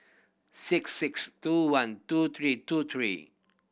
six six two one two three two three